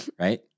right